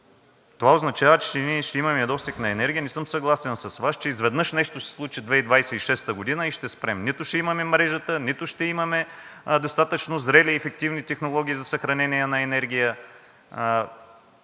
Това означава, че ние ще имаме недостиг на енергия. Не съм съгласен с Вас, че изведнъж нещо ще се случи 2026 г. и ще спрем. Нито ще имаме мрежата, нито ще имаме достатъчно зрели ефективни технологии за съхранение на енергия.